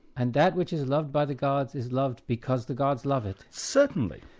and that which is loved by the gods is loved because the gods love it? certainly.